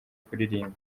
kuririmba